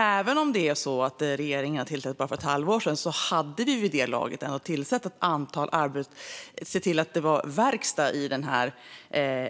Även om regeringen tillträdde bara för ett halvår sedan hade man vid det här laget kunnat se till att det var verkstad i